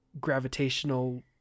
gravitational